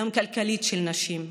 גם כלכלית, של נשים,